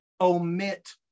omit